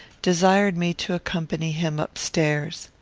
desired me to accompany him up-stairs.